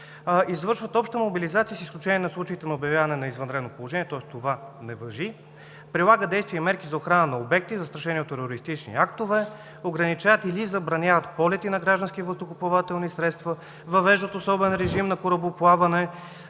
извършват обща мобилизация с изключение на случаите на обявяване на извънредно положение, тоест това не важи – прилагат действия и мерки за охрана на обекти, застрашени от терористични актове; ограничават или забраняват полети на граждански въздухоплавателни средства; въвеждат особен режим на корабоплаване